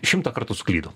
šimtą kartų suklydo